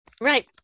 right